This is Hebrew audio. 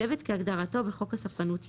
"צוות" כהגדרתו בחוק הספנות (ימאים),